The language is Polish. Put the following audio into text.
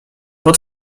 pod